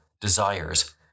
desires